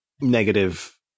negative